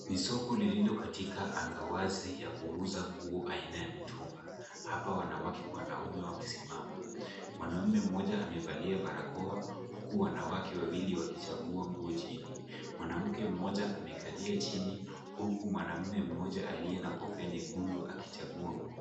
Ni soko lililo katika anga wazi ya kuuza nguo ya aina ya mitumba . Hapa wanawake kwa wanaume wamesimama. Mwanaume mmoja amevalia barakoa, huku wanawake wawili wakichagua nguo chini. Mwanamke mmoja amekalia chini, huku mwanaume mmoja aliye na kofia nyekundu akichagua nguo.